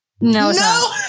No